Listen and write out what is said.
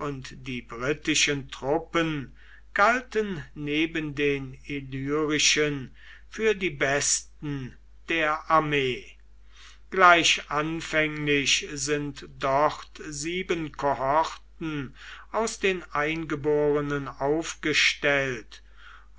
und die britischen truppen galten neben den illyrischen für die besten der armee gleich anfänglich sind dort sieben kohorten aus den eingeborenen aufgestellt